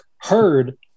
heard